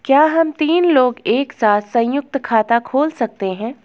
क्या हम तीन लोग एक साथ सयुंक्त खाता खोल सकते हैं?